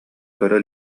көрө